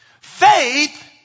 faith